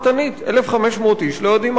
1,500 איש לא יודעים מה קורה אתם.